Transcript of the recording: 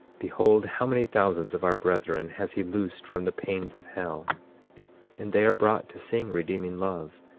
behold, how many thousands of our brethren has he loosed from the pains of hell and they are brought to sing redeeming love,